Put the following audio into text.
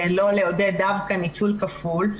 לא לעודד דווקא ניצול כפול,